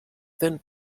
then